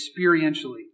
experientially